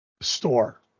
store